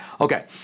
Okay